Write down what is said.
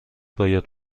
باید